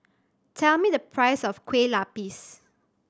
tell me the price of Kueh Lapis